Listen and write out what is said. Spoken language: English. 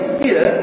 fear